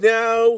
now